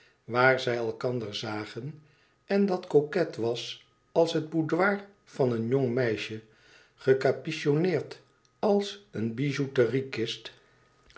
waar zij elkander zagen en dat coquet was als het boudoir van een jong meisje gecapitonneerd als een